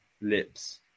lips